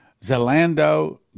Zalando